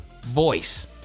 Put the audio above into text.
voice